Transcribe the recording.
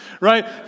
right